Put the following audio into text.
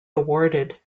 awarded